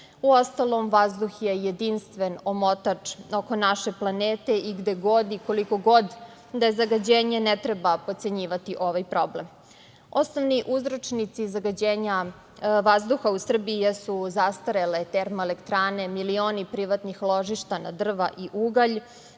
Uostalom, vazduh je jedinstven omotač oko naše planete i gde god i koliko god da je zagađenje, ne treba potcenjivati ovaj problem. Osnovni uzročnici zagađenja vazduha u Srbiji jesu zastarele termoelektrane, milioni privatnih ložišta na drva i ugalj,